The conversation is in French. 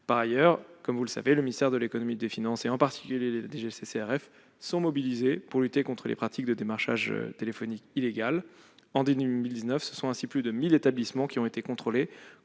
Par ailleurs, comme vous le savez, le ministère de l'économie et des finances, en particulier la DGCCRF, est mobilisé pour lutter contre les pratiques illégales de démarchage téléphonique. En 2019, plus de 1 000 établissements ont été contrôlés,